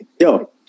yo